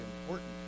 important